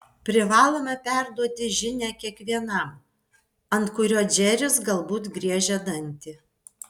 privalome perduoti žinią kiekvienam ant kurio džeris galbūt griežia dantį